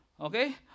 Okay